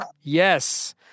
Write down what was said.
Yes